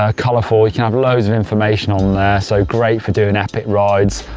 ah colorful, you can have loads of information on there so great for doing epic rides.